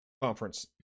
Conference